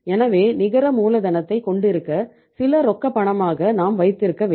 எனவே நிகர மூலதனத்தைக் கொண்டிருக்க சில ரொக்க பணமாக நாம் வைத்திருக்க வேண்டும்